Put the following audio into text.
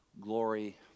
glory